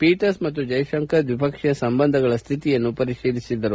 ಪೀರ್ಣರ್ಸ್ ಮತ್ತು ಜ್ವೆಶಂಕರ್ ದ್ವಿಪಕ್ಷೀಯ ಸಂಬಂಧಗಳ ಸ್ಥಿತಿಯನ್ನು ಪರಿಶೀಲಿಸಿದರು